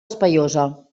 espaiosa